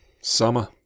Summer